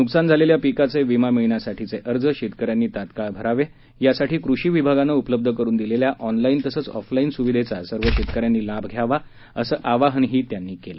नुकसान झालेल्या पीकाचे विमा मिळण्यासाठीचे अर्ज शेतकऱ्यांनी तात्काळ भरावे यासाठी कृषी विभागानं उपलब्ध करून दिलेल्या ऑनलाईन तसंच ऑफलाईन सुविधेचा सर्व शेतकऱ्यांनी लाभ घ्यावा असं आवाहन बनसोडे यांनी केलं